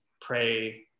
pray